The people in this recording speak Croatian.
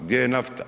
Gdje je nafta?